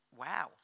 Wow